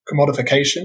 commodification